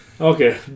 Okay